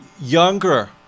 younger